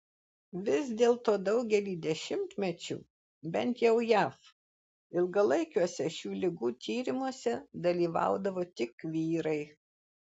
vis dėlto daugelį dešimtmečių bent jau jav ilgalaikiuose šių ligų tyrimuose dalyvaudavo tik vyrai